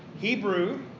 Hebrew